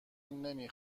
نمی